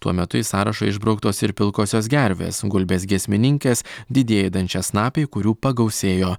tuo metu į sąrašą išbrauktos ir pilkosios gervės gulbės giesmininkės didieji dančiasnapiai kurių pagausėjo